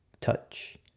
touch